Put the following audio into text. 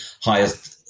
highest